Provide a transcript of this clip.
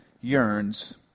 yearns